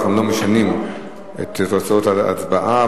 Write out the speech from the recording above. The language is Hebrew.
ואנחנו לא משנים את תוצאות ההצבעה.